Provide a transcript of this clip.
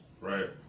right